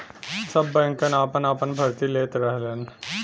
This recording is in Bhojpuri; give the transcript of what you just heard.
सब बैंकन आपन आपन भर्ती लेत रहलन